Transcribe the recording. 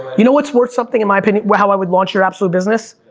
you know what's worth something, in my opinion, how i would launch your absolute business?